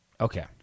Okay